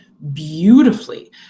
beautifully